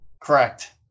Correct